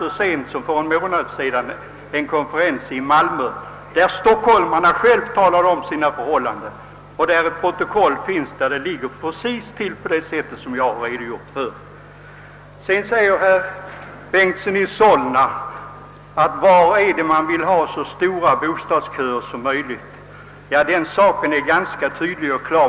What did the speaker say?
Så sent som för en månad sedan hölls en sådan konferens i Malmö, där stockholmarna själva redogjorde för sina förhållanden. Protokoll finns, varav framgår att dessa förhållanden är precis sådana som jag här sagt. Sedan undrar herr Bengtson i Solna, vilka kommuner som vill ha så stora bostadsköer som möjligt. Den saken är ganska tydlig.